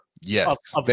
Yes